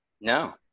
No